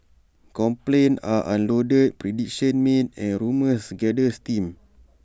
complaints are unloaded predictions made and rumours gather steam